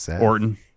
Orton